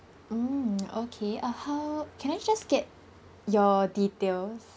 mm okay uh how can I just get your details